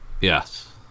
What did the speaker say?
Yes